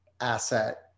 asset